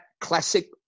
classic